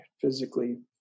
physically